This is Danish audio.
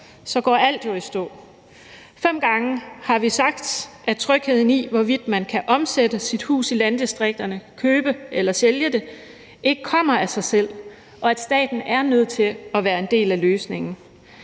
går alt jo i stå. Fem gange har vi sagt, at trygheden, i forhold til hvorvidt man kan omsætte sit hus i landdistrikterne, købe eller sælge det, ikke kommer af sig selv, og at staten er nødt til at være en del af løsningen.